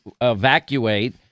evacuate